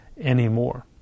anymore